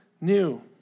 new